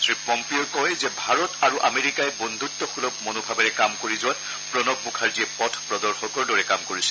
শ্ৰীপম্পিঅই কয় যে ভাৰত আৰু আমেৰিকাই বন্ধত্বসূলভ মনোভাৱেৰে কাম কৰি যোৱাত প্ৰণৰ মুখাৰ্জীয়ে পথ প্ৰদৰ্শকৰ দৰে কাম কৰিছিল